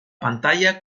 pantalla